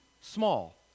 small